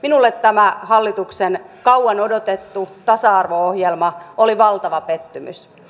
minulle tämä hallituksen kauan odotettu tasa arvo ohjelma oli valtava pettymys